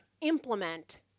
implement